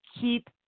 keep